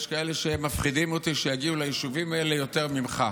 יש כאלה שמפחיד אותי שיגיעו ליישובים האלה יותר ממך.